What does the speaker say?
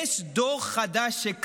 אני זוכר את הקושי, זה לא